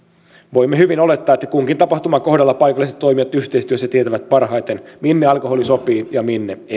voimme hyvin olettaa että kunkin tapahtuman kohdalla paikalliset toimijat yhteistyössä tietävät parhaiten minne alkoholi sopii ja minne ei